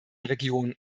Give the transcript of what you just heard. region